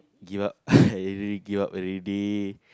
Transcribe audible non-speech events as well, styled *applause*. give up *breath* I really give up already